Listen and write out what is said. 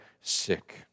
sick